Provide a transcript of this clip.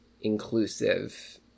inclusive